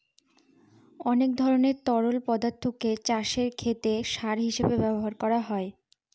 অনেক ধরনের তরল পদার্থকে চাষের ক্ষেতে সার হিসেবে ব্যবহার করা যায়